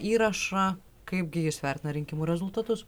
įrašą kaipgi jis vertina rinkimų rezultatus